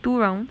two rounds